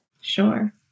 Sure